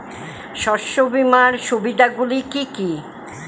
শস্য বিমার সুবিধাগুলি কি কি?